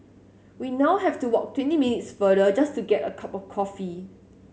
we now have to walk twenty minutes farther just to get a cup of coffee